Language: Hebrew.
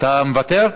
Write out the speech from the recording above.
אתה מוותר?